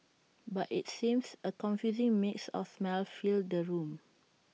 but IT seems A confusing mix of smells filled the room